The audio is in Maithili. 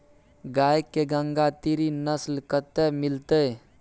गाय के गंगातीरी नस्ल कतय मिलतै?